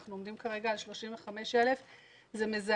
אנחנו עומדים כרגע על 35,000. זה מזעזע,